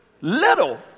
little